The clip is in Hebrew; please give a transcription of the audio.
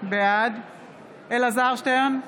בעד אלעזר שטרן,